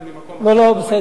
לא לא, בסדר, אני מתנצל.